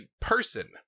person